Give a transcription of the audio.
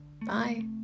Bye